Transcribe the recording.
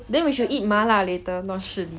then we should eat 麻辣 later not Shi Li Fang